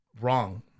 wrong